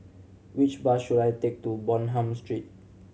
which bus should I take to Bonham Street